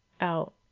out